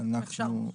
אם אפשר,